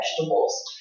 vegetables